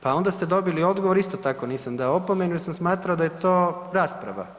Pa onda ste dobili odgovor, isto tako nisam dao opomenu jer sam smatrao da je to rasprava.